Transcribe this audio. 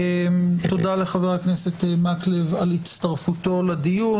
תודה לחבר הכנסת מקלב על הצטרפותו לדיון.